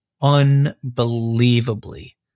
unbelievably